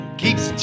keeps